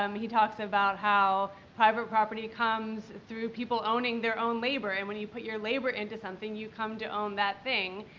um he talks about how private property comes through people owning their own labor and when you put your labor into something you come to own that thing,